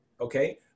Okay